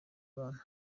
abantu